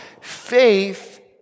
Faith